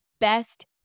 best